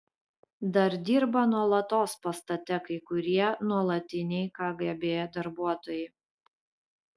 dar dirba nuolatos pastate kai kurie nuolatiniai kgb darbuotojai